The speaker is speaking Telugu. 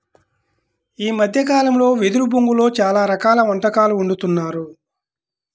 ఈ మద్దె కాలంలో వెదురు బొంగులో చాలా రకాల వంటకాలు వండుతున్నారు